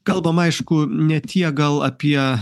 kalbam aišku ne tiek gal apie